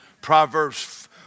Proverbs